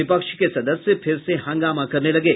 विपक्ष के सदस्य फिर से हंगामा करने लगे